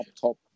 top